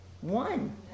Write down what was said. One